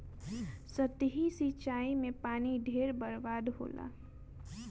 सतही सिंचाई में पानी ढेर बर्बाद होला